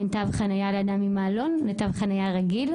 בין תו חניה לאדם עם מעלון לתו חניה רגיל,